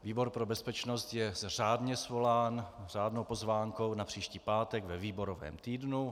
Výbor pro bezpečnost je řádně svolán řádnou pozvánkou na příští pátek ve výborovém týdnu.